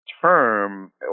term